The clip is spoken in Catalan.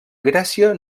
grècia